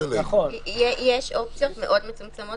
יש אופציות נוספות